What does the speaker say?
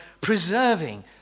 preserving